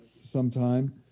sometime